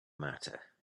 matter